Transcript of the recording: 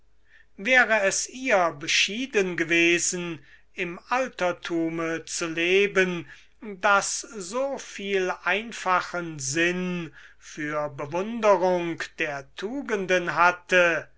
wäre es ihr beschieden gewesen im alterthume zu leben das so viel einfachen sinn für bewunderung der tugenden hatte